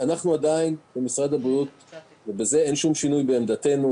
אין שום שינוי בעמדתנו,